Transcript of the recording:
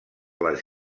les